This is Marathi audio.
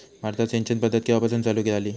भारतात सिंचन पद्धत केवापासून चालू झाली?